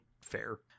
fair